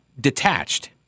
detached